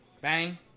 Bang